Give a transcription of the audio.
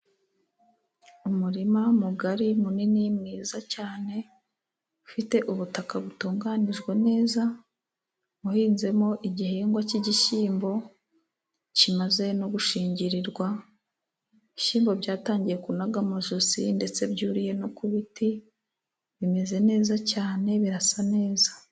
Umurima mugari munini mwiza cyane ufite ubutaka butunganijwe neza, uhinzemo igihingwa cy'igishyimbo kimaze no gushingirirwa. Ibishyimbo byatangiye kunaga amajosi ndetse byuriye no ku biti bimeze neza cyane, birasa neza.